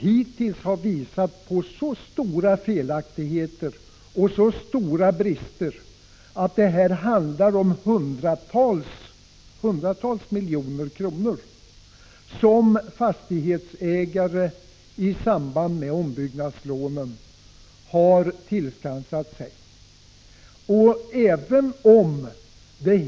Hittills har man kunnat visa på så stora felaktigheter och så stora brister att det har kommit att handla om hundratals miljoner som fastighetsägare tillskansat sig i samband med att de fått ombyggnadslån.